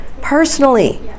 personally